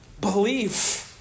belief